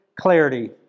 clarity